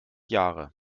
jahre